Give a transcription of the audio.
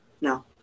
No